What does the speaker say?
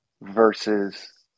versus